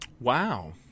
Wow